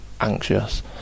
anxious